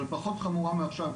אבל פחות חמורה מעכשיו,